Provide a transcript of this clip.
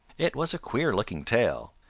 it was a queer-looking tail.